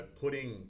putting